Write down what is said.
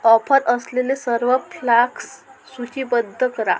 offer असलेले सर्व फ्लाक्स सूचीबद्ध करा